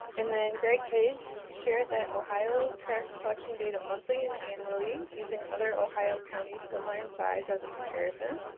and then greg hayes shared that ohio tracks collection data monthly and annually using other ohio counties similar in size as a comparison.